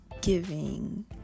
giving